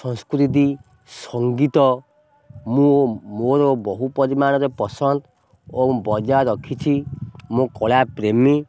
ସଂସ୍କୃତି ସଙ୍ଗୀତ ମୁଁ ମୋର ବହୁ ପରିମାଣରେ ପସନ୍ଦ ଓ ବଜାୟ ରଖିଛି ମୁଁ କଳା ପ୍ରେମୀ